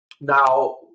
Now